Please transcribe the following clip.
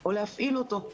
או להפעיל אותו.